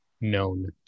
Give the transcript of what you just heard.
known